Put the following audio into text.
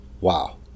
Wow